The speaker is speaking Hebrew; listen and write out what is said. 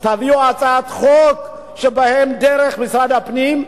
תביאו הצעת חוק שבאה דרך משרד הפנים.